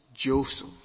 joseph